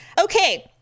Okay